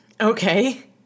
Okay